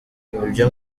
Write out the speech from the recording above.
ibyo